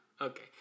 okay